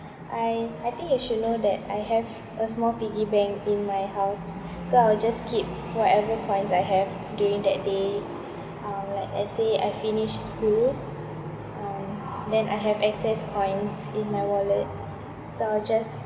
I I think you should know that I have a small piggy bank in my house so I will just keep whatever coins I have during that day uh like let's say I finish school um then I have excess coins in my wallet so I just